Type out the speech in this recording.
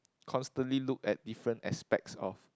constantly look at different expects of